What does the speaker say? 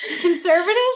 Conservatives